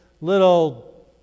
little